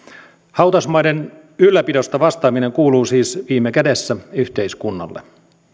hautausmaiden ylläpidosta vastaaminen kuuluu siis viime kädessä yhteiskunnalle